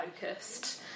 focused